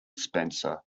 spencer